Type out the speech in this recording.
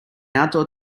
outdoor